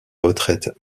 retraite